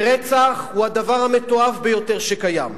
ורצח הוא הדבר המתועב ביותר שקיים.